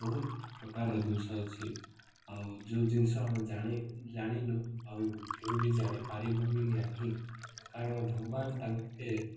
ବହୁତ ପ୍ରକାରର ଜିନିଷ ଅଛି ଆଉ ଯେଉଁ ଜିନିଷ ଆମେ ଜାଣି ଜାଣିନୁ ଆଉ କେବେ ବି ଜାଣିପାରିବୁ ବି ନାହିଁ କାରଣ ଭଗବାନ ତାଙ୍କେ